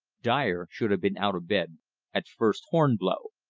dyer should have been out of bed at first horn-blow.